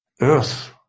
earth